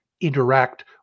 interact